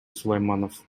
сулайманов